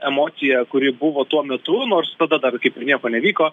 emociją kuri buvo tuo metu nors tada dar kaip ir nieko nevyko